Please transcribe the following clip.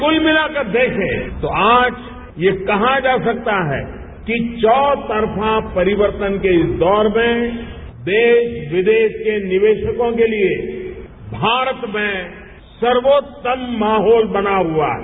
कुल मिलाकर देखें तो आज ये कहा जा सकता है कि चौतरफा परिवर्तन के इस दौर में देश विदेश के निवेशकों के लिए भारत में सर्वोत्तम माहौल बना हुआ है